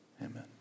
Amen